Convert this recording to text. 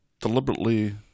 deliberately